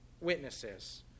witnesses